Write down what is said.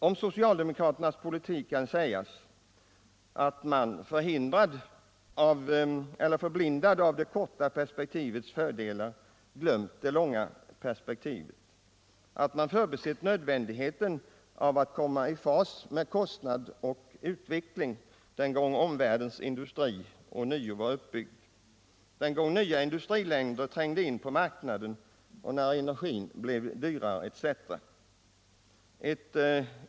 Om socialdemokraternas politik kan sägas att de förblindade av det korta perspektivets fördelar har glömt det långa perspektivet, att de har förbisett nödvändigheten att komma i fås med kostnader och utveckling den gång omvärldens industri ånyo var uppbyggd, den gång nya industriländer trängde in på marknaden, när energin blev dyrare, etc.